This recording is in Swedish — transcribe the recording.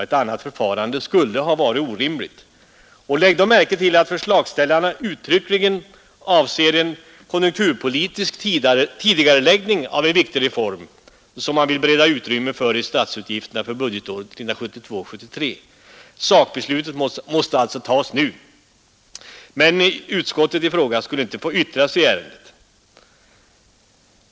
Ett annat förfarande skulle ha varit orimligt. Lägg då märke till att förslagsställarna uttryckligen avser en konjunkturpolitiskt betingad tidigareläggning av en viktig reform, som man vill bereda utrymme för i statsutgifterna för budgetåret 1972/73. Sakbeslutet måste alltså tas nu, men utskottet i fråga skulle alltså inte få yttra sig i ärendet!